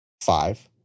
five